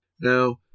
Now